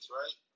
right